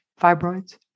fibroids